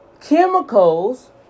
chemicals